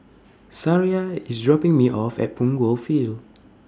Sariah IS dropping Me off At Punggol Field